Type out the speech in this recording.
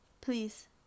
Please